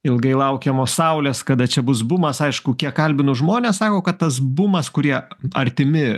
ilgai laukiamos saulės kada čia bus bumas aišku kiek kalbinu žmones sako kad tas bumas kurie artimi